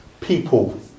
people